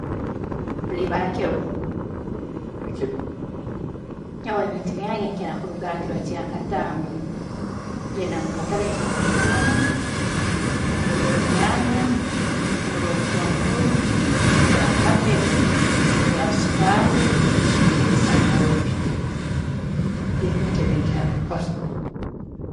Turi ba kiro, nyowe ebintu byange nkira kubigura kyakataano, ngenda mukatare kyakataano ngura enyaanya, ngura obutunguru, ngura cabbage, ngura sukaari, ngura esabuuni, nibyo ebintu ebinkira kukora.